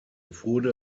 wurde